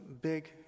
big